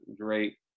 great